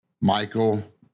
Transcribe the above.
Michael